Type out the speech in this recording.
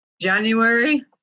January